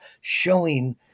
showing